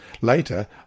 Later